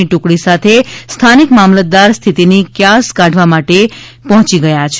ની ટુકડી સાથે સ્થાનિક મામલતદાર સ્થિતિની ક્યાસ કાઢવા માટે ગયા પહોચ્યા છે